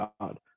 god